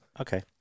Okay